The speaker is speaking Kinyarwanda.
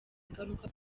ingaruka